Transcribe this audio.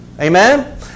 Amen